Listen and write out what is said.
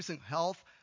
Health